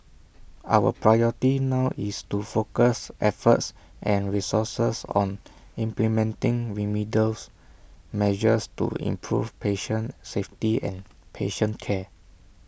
our priority now is to focus efforts and resources on implementing remedials measures to improve patient safety and patient care